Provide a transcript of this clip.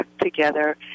together